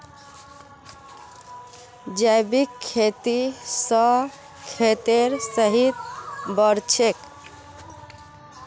जैविक खेती स खेतेर सेहत बढ़छेक